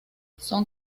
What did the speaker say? son